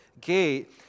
gate